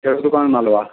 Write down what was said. कहिड़ो दुकान जो नालो आहे